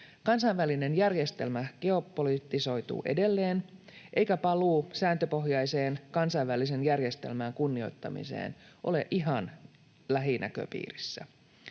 Kansainvälinen järjestelmä geopolitisoituu edelleen, eikä paluu sääntöpohjaiseen kansainvälisen järjestelmän kunnioittamiseen ole ihan lähinäköpiirissä.